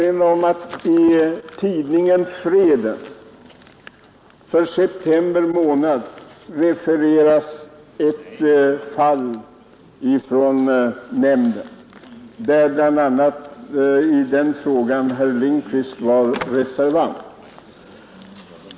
I tidningen Freden för september månad refereras ett fall från nämnden, där bl.a. herr Lindkvist var reservant.